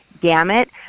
gamut